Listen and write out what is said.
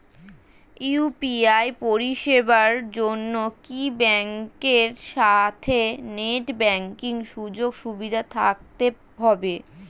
UPI পরিষেবার জন্য কি ব্যাংকের সাথে নেট ব্যাঙ্কিং সুযোগ সুবিধা থাকতে হবে?